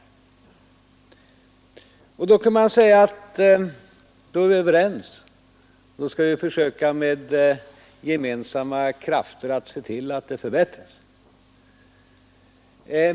Därmed skulle man kunna säga att vi är överens och med gemensamma krafter skall se till att situationen förbättras.